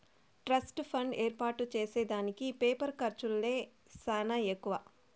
trust fund ఏర్పాటు చేసే దానికి పేపరు ఖర్చులే సానా ఎక్కువ